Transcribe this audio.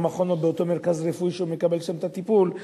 מכון או באותו מרכז רפואי ששם הוא מקבל את הטיפול,